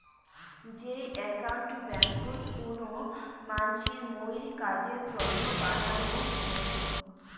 যেই একাউন্ট ব্যাংকোত কুনো মানসির মুইর কাজের তন্ন বানানো হই